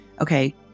okay